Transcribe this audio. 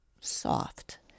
soft